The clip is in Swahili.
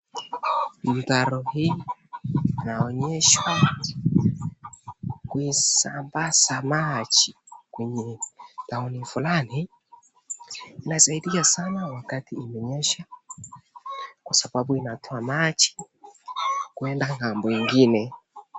Mtaro hii inaonyesha kuisambaza maji kwenye town fulani, inasaidia sana wakati imenyesha kwa sababu inatoa maji kuenda ng'ambo ingine.